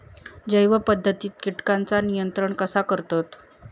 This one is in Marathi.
जैव पध्दतीत किटकांचा नियंत्रण कसा करतत?